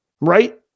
right